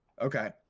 Okay